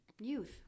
Youth